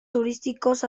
turísticos